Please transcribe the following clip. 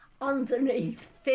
underneath